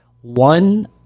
one